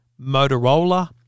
Motorola